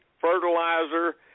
fertilizer